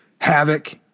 havoc